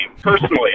personally